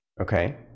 okay